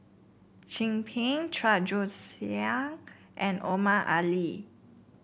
Chin Peng Chua Joon Siang and Omar Ali